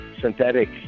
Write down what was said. synthetic